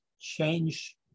change